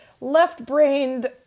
left-brained